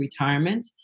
retirement